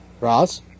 Ross